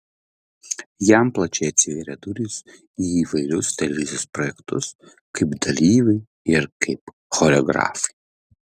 jam plačiai atsivėrė durys į įvairius televizijos projektus kaip dalyviui ir kaip choreografui